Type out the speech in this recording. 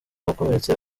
wakomeretse